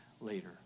later